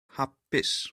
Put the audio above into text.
hapus